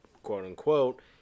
quote-unquote